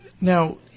now